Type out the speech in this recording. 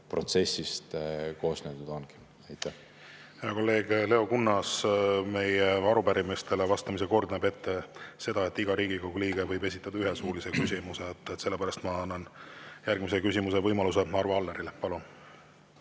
protsessist see koosnenud ongi. Hea kolleeg Leo Kunnas, meie arupärimistele vastamise kord näeb ette, et iga Riigikogu liige võib esitada ühe suulise küsimuse. Sellepärast ma annan järgmisena küsimise võimaluse Arvo Allerile. Palun!